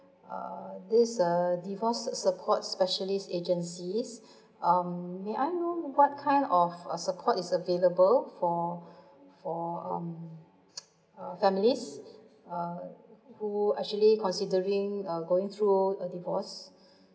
uh this uh divorce support specialist agency's uh may I know what kind of uh support is available for for um uh families err who actually considering uh going through a divorce